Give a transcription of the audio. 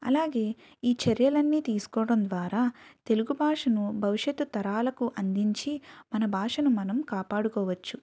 అలాగే ఈ చర్యలన్నీ తీసుకోవడం ద్వారా తెలుగు భాషను భవిష్యత్తు తరాలకు అందించి మన భాషను మనం కాపాడుకోవచ్చు